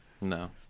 No